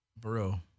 Bro